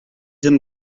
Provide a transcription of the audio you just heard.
him